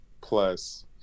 Plus